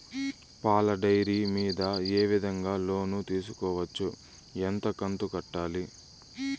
పాల డైరీ మీద ఏ విధంగా లోను తీసుకోవచ్చు? ఎంత కంతు కట్టాలి?